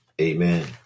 Amen